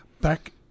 back